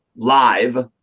live